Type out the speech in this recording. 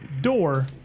door